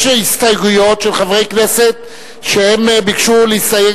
יש הסתייגויות של חברי כנסת שביקשו להסתייג